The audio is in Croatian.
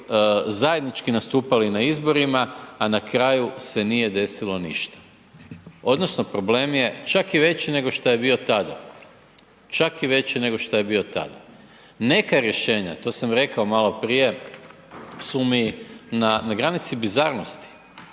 zajednički nastupali na izborima, a na kraju se nije desilo ništa odnosno problem je čak i veći nego šta je bio tada, čak i veći nego šta je bio tada. Neka rješenja, to sam rekao maloprije su mi na granici bizarnosti,